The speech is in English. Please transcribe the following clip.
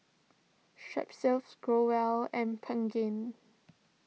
Growell and Pregain